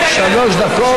שלוש דקות.